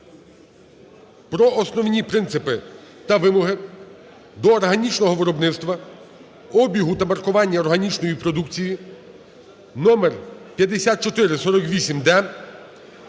про основні принципи та вимоги до органічного виробництва, обігу та маркування органічної продукції (№5448-д)